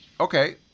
Okay